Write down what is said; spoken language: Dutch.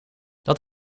dat